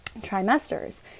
trimesters